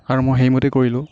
আৰু মই সেইমতেই কৰিলোঁ